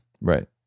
Right